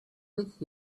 with